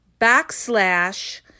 backslash